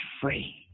free